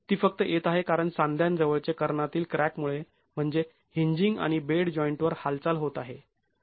ती फक्त येत आहे कारण सांध्या जवळचे कर्णातील क्रॅक मुळे म्हणजे हिजींग आणि बेड जॉईंट वर हालचाल होत आहे